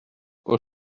aux